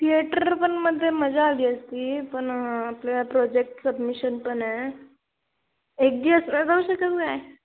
theatre पण मध्ये मजा आली असती पण आपल्या प्रोजेक्ट सबमिशन पण आहे एक दिवसाला जाऊ शकत नाही